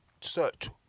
search